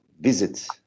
visit